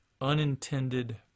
unintended